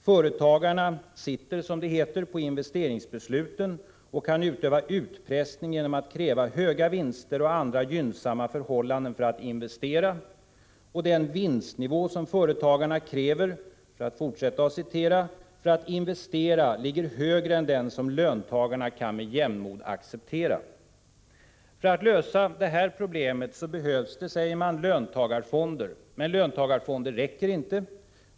Företagarna sitter, som det sägs, på investeringsbesluten och kan utöva utpressning genom att kräva höga vinster och andra gynnsamma förhållanden för att investera. Den vinstnivå som företagarna kräver för att investera ligger — för att fortsätta att återge vad som skrivs i rapporten — högre än den som löntagarna med jämnmod kan acceptera. För att lösa detta problem behövs det, säger man, löntagarfonder. Men löntagarfonder räcker inte.